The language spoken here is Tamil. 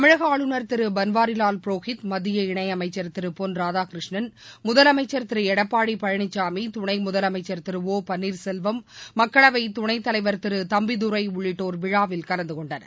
தமிழக ஆளுநர் திரு பன்வாரிலால் புரோகித் மத்திய இணையமைச்சர் திரு பொன் ராதாகிருஷ்ணன் முதலமைச்ச் திரு எடப்பாடி பழனிசாமி துணை முதலமைச்சா திரு ஒ பன்னீர்செல்வம் மக்களவை துணைத்தலைவர் திரு தம்பிதுரை உள்ளிட்டோர் விழாவில் கலந்துகொண்டனர்